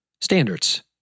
standards